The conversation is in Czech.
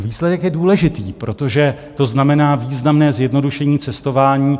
Výsledek je důležitý, protože to znamená významné zjednodušení cestování.